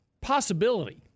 possibility